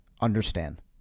understand